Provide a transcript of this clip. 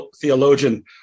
theologian